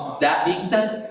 that being said,